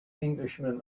englishman